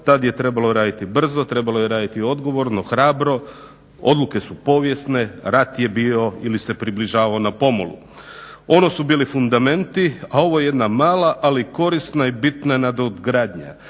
tada je trebalo raditi brzo, trebalo je raditi odgovorno, hrabre, odluke su povijesne, rat je bio ili se približavao na pomolu. Ono su bili fundamenti, a ovo je jedna mala ali korisna i bitna nadogradnja.